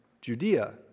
Judea